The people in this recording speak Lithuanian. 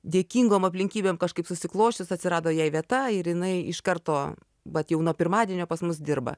dėkingom aplinkybėm kažkaip susiklosčius atsirado jai vieta ir jinai iš karto vat jau nuo pirmadienio pas mus dirba